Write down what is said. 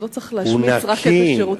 אז לא צריך להשמיץ רק את השירותים של הכנסת.